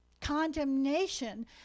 condemnation